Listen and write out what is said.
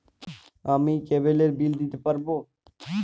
আমি কেবলের বিল দিতে পারবো?